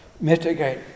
mitigate